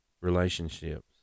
relationships